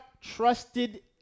trusted